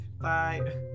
Bye